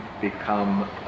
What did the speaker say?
become